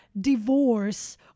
divorce